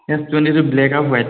S টুৱেটিটো black আৰু white